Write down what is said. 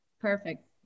Perfect